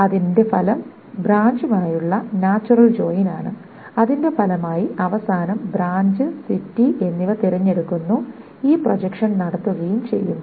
അതിന്റെ ഫലം ബ്രാഞ്ചുമായുള്ള നാച്ചുറൽ ജോയിൻ ആണ് അതിന്റെ ഫലമായി അവസാനം ബ്രാഞ്ച് സിറ്റി എന്നിവ തിരഞ്ഞെടുക്കുന്നു ഈ പ്രൊജക്ഷൻ നടത്തുകയും ചെയ്യുന്നു